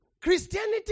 Christianity